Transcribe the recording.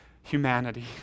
Humanity